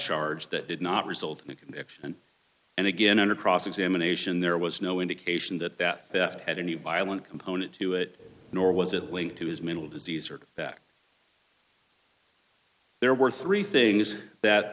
charge that did not result in a conviction and again under cross examination there was no indication that that that had any violent component to it nor was it linked to his mental disease or that there were three things that